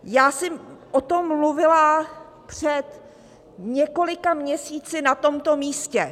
Já jsem o tom mluvila před několika měsíci na tomto místě.